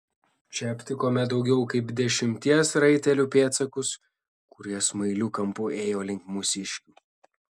čia aptikome daugiau kaip dešimties raitelių pėdsakus kurie smailiu kampu ėjo link mūsiškių